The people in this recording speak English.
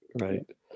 Right